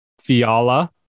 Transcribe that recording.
Fiala